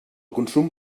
consum